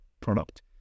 product